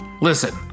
Listen